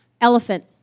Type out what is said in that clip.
Elephant